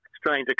strange